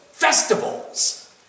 Festivals